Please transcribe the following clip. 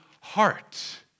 heart